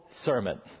sermon